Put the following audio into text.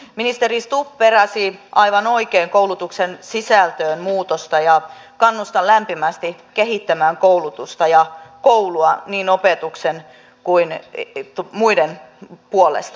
ministeri stubb peräsi aivan oikein koulutuksen sisältöön muutosta ja kannustan lämpimästi kehittämään koulutusta ja koulua niin opetuksen kuin muiden puolesta